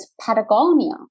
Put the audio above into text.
Patagonia